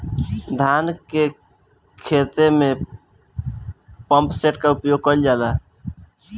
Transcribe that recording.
धान के ख़हेते में पम्पसेट का उपयोग कइल जाला?